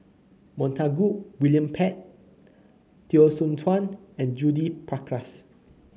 Montague William Pett Teo Soon Chuan and Judith Prakash